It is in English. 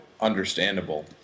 understandable